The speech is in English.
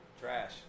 Trash